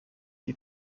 die